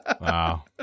Wow